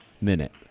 minute